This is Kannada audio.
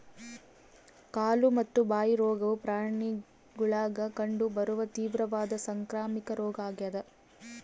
ಕಾಲು ಮತ್ತು ಬಾಯಿ ರೋಗವು ಪ್ರಾಣಿಗುಳಾಗ ಕಂಡು ಬರುವ ತೀವ್ರವಾದ ಸಾಂಕ್ರಾಮಿಕ ರೋಗ ಆಗ್ಯಾದ